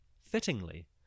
fittingly